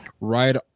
right